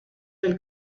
del